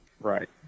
right